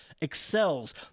Excels